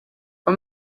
how